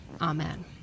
Amen